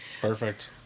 Perfect